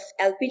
LPG